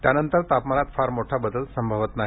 त्यानंतर तापमानात फार मोठा बदल संभवत नाही